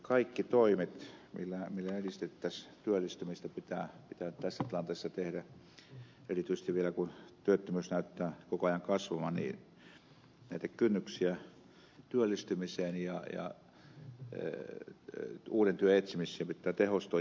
kaikki toimet millä edistettäisiin työllistymistä pitää tässä tilanteessa tehdä ja erityisesti vielä kun työttömyys näyttää koko ajan kasvavan niin näitä kynnyksiä työllistymisessä ja uuden työn etsimisessä pitää tehostaa